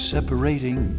Separating